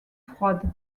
froides